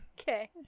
Okay